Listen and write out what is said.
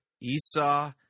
Esau